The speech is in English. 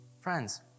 friends